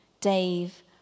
Dave